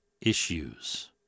issues